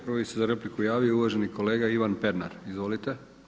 Prvi se za repliku javio uvaženi kolega Ivan Pernar, izvolite.